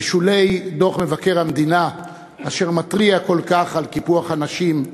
בשולי דוח מבקר המדינה אשר מתריע כל כך על קיפוח הנשים,